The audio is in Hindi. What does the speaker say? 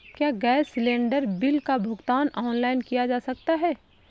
क्या गैस सिलेंडर बिल का भुगतान ऑनलाइन किया जा सकता है?